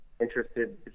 interested